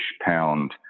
pound